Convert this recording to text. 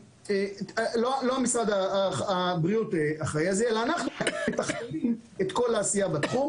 לא משרד הבריאות אחראי על זה אלא אנחנו אחראים על כל העשייה בתחום.